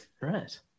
Right